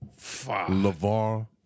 Lavar